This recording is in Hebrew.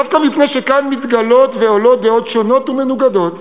דווקא מפני שכאן מתגלות ועולות דעות שונות ומנוגדות,